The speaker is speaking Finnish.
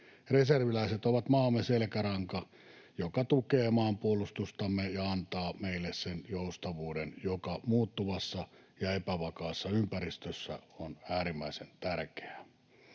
Reserviläiset ovat maamme selkäranka, joka tukee maanpuolustustamme ja antaa meille sen joustavuuden, joka muuttuvassa ja epävakaassa ympäristössä on äärimmäisen tärkeää.